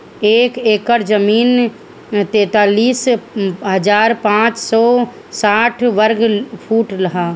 एक एकड़ जमीन तैंतालीस हजार पांच सौ साठ वर्ग फुट ह